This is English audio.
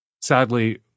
Sadly